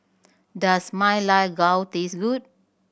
does Ma Lai Gao taste good